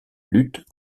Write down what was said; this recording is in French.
lutte